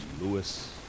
Lewis